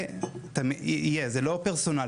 זה לא פרסונלי,